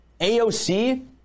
AOC